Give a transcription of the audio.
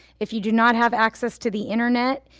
if you do not have access to the internet,